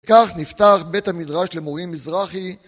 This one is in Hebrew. כך נפתח בית המדרש למורים מזרחי